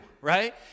right